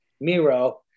Miro